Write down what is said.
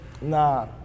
Nah